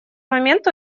момент